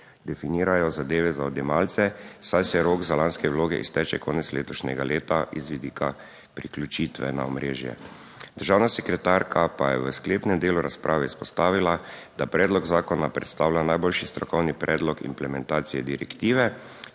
definirajo zadeve za odjemalce, saj se rok za lanske vloge izteče konec letošnjega leta iz vidika priključitve na omrežje. Državna sekretarka pa je v sklepnem delu razprave izpostavila, da predlog zakona predstavlja najboljši strokovni predlog implementacije direktive,